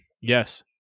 Yes